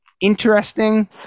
interesting